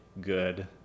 good